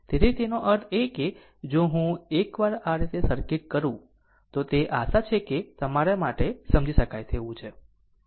તેથી તેનો અર્થ એ કે જો હું એક વાર આ રીતે સર્કિટ કરું તો તે આ આશા છે કે તમારા માટે સમજી શકાય તેવું છે